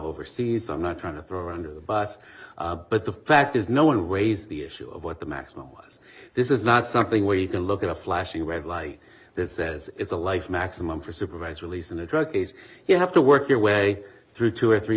overseas so i'm not trying to throw under the bus but the fact is no one raised the issue of what the maximum was this is not something where you can look at a flashing red light that says it's a life maximum for supervised release in a drug case you have to work your way through two or three